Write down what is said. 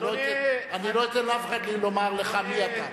אני לא אתן לאף אחד לומר לך "מי אתה".